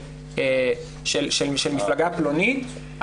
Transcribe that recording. של מפלגה פלונית,